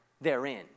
therein